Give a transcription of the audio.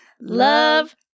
Love